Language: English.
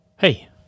Hey